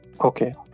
Okay